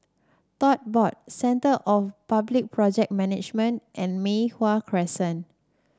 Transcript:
Tote Board Centre for Public Project Management and Mei Hwan Crescent